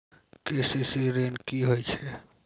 KCC ॠन की होय छै?